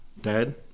dad